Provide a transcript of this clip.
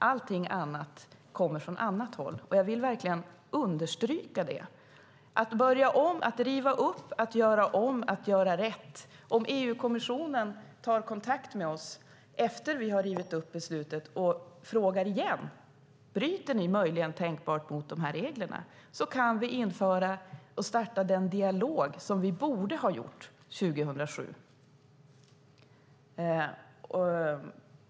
Allting annat kommer från annat håll, och jag vill verkligen understryka det. Riv upp, gör om och gör rätt - om EU-kommissionen tar kontakt med oss efter att vi har rivit upp beslutet och om igen frågar om vi möjligen bryter mot de här reglerna så kan vi införa och starta den dialog som vi borde ha gjort 2007.